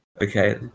Okay